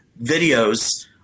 videos